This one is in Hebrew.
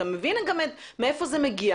וגם מבין מאיפה זה מגיע